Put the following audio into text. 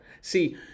See